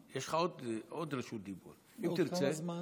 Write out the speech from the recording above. יש לך עוד רשות דיבור, כמה זמן?